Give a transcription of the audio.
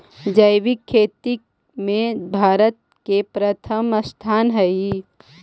जैविक खेती में भारत के प्रथम स्थान हई